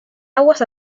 aguas